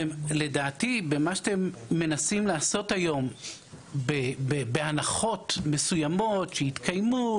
לדעתי במה שאתם מנסים לעשות היום בהנחות מסוימות שיתקיימו,